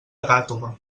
gàtova